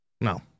No